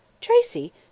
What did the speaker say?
Tracy